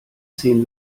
zehn